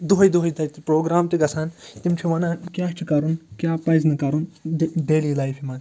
دۄہَے دۄہَے تَتہِ پرٛوگرام تہِ گَژھان تِم چھِ وَنان کیٛاہ چھِ کَرُن کیٛاہ پَزِ نہٕ کَرُن ڈِ ڈیلی لایفہِ مَنٛز